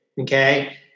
Okay